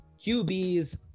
QBs